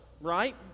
right